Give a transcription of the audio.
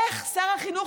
איך שר החינוך,